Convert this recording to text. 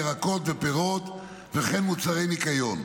ירקות ופירות וכן מוצרי ניקיון.